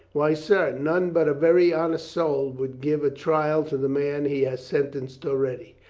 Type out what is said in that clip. why, sir, none but a. very honest soul would give a trial to the man he has sentenced already.